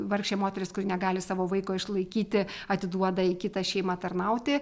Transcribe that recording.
vargšė moteris kuri negali savo vaiko išlaikyti atiduoda į kitą šeimą tarnauti